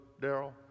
Daryl